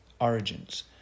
origins